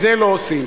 את זה לא עושים.